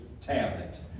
tablet